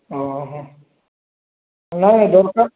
ଅ ହଁ ନାଇଁ ଦରକାର